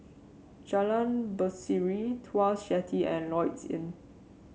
Jalan Berseri Tuas Jetty and Lloyds Inn